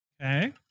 Okay